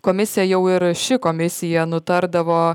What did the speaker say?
komisija jau ir ši komisija nutardavo